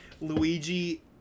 Luigi